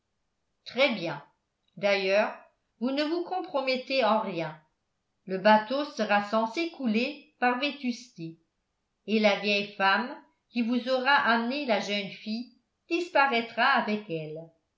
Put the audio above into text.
très-bien d'ailleurs vous ne vous compromettez en rien le bateau sera censé couler par vétusté et la vieille femme qui vous aura amené la jeune fille disparaîtra avec elle